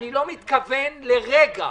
איני מתכוון לרגע